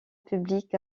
public